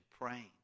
praying